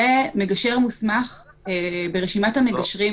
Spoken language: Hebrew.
דה פקטו יהיה מגשר מוסמך שעומד בכל התנאים,